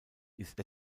ist